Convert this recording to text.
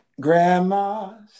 grandma's